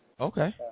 Okay